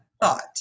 thought